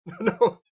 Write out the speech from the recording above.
No